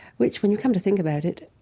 which when you come to think about it,